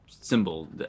symbol